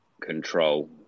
control